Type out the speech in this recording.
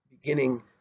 beginning